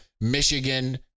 Michigan –